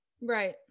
Right